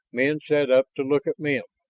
men sat up to look at men.